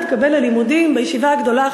התקבל ללימודים בישיבה הגדולה,